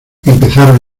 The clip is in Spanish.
empezaron